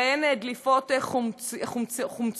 ובהן דליפת חומצות.